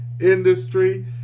industry